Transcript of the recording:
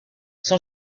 son